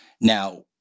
Now